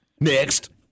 Next